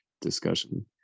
discussion